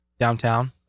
downtown